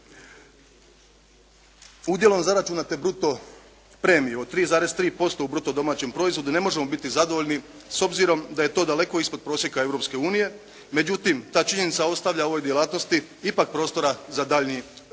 udjelom zaračunate bruto premije od 3,3% u bruto domaćem proizvodu ne možemo biti zadovoljni s obzirom da je to daleko ispod prosjeka Europske unije. Međutim, ta činjenica ostavlja u ovoj djelatnosti ipak prostora za daljnji razvoj.